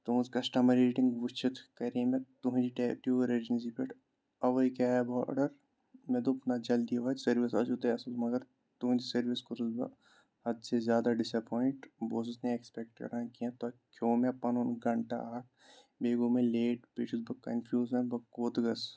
تُہٕنٛز customer rating وُچھِتھ کَرے مےٚ تُہٕنٛزِ ٹیوٗر ایٚجَنسی پٮ۪ٹھ اَوَے کیب آرڈَر مےٚ دوٚپ نہ جلدی واتہِ سٔروِس آسیو تۄہہِ اَصٕل مگر تُہٕنٛدِ سٔروِس کوٚرُس بہٕ حدسے زیادٕ ڈِسایٚپوینٛٹ بہٕ اوسُس نہٕ اٮ۪کٕسپٮ۪کٹ کَران کینٛہہ تۄہہِ کھیوٚو مےٚ پَنُن گَنٹہٕ اَکھ بیٚیہِ گوٚو مےٚ لیٹ بیٚیہِ چھُس بہٕ کَنفیوٗزَن بہٕ کوٚت گژھٕ